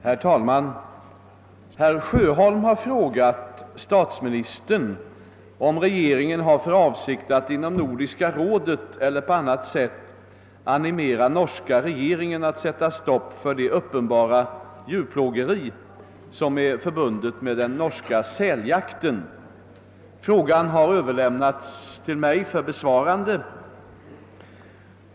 Herr talman! Herr Sjöholm har frågat statsministern om regeringen har för avsikt att inom Nordiska rådet eller på annat sätt animera norska regeringen att sätta stopp för det uppen bara djurplågeri, som är förbundet med den norska säljakten. Frågan har överlämnats till mig för besvarande.